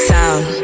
Sound